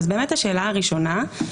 התשפ"א-2021.